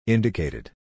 Indicated